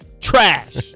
Trash